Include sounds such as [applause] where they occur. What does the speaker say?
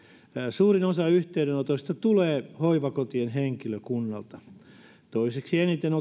suurin osa yhteydenotoista tulee hoivakotien henkilökunnalta toiseksi eniten [unintelligible]